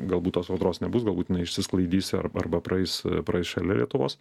galbūt tos audros nebus galbūt jinai išsisklaidys ar arba praeis praeis šalia lietuvos